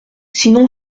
sinon